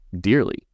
dearly